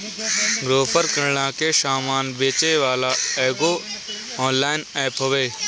Grofer किरणा के सामान बेचेवाला एगो ऑनलाइन एप्प हवे